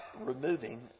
removing